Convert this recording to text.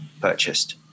purchased